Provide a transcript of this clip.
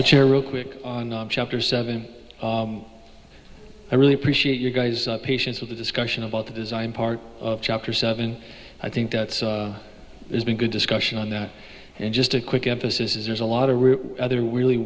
the chair real quick chapter seven i really appreciate your guys patience with the discussion about the design part of chapter seven i think that there's been good discussion on that and just a quick emphasis is there's a lot of other really